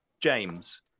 James